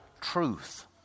truth